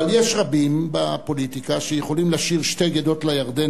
אבל יש רבים בפוליטיקה שיכולים לשיר "שתי גדות לירדן"